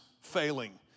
failing